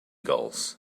gulls